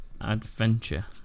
adventure